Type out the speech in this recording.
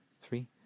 three